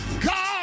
God